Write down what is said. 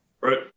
Right